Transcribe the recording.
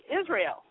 Israel